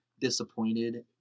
disappointed